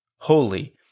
holy